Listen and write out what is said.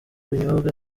ibinyobwa